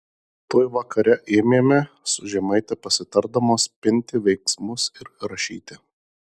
tuoj vakare ėmėme su žemaite pasitardamos pinti veiksmus ir rašyti